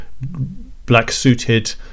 black-suited